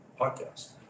podcast